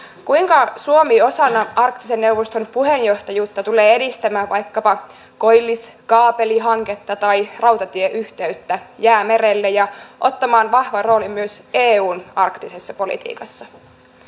kuinka suomi osana arktisen neuvoston puheenjohtajuutta tulee edistämään vaikkapa koilliskaapelihanketta tai rautatieyhteyttä jäämerelle ja ottamaan vahvan roolin myös eun arktisessa politiikassa